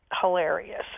hilarious